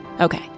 Okay